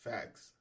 Facts